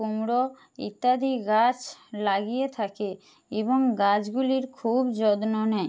কুমড়ো ইত্যাদি গাছ লাগিয়ে থাকে এবং গাছগুলির খুব যত্ন নেয়